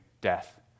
death